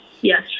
Yes